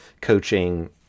coaching